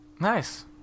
nice